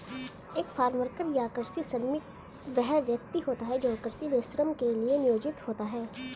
एक farm worker या कृषि श्रमिक वह व्यक्ति होता है जो कृषि में श्रम के लिए नियोजित होता है